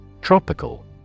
Tropical